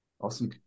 awesome